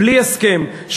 בלי הסכם,